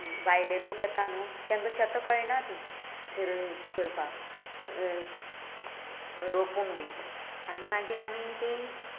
भायले लोक येता न्हू तेंका शेतां कळना ती करपाक रोंपूंक बी आनी मागीर आमी ती